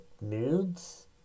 moods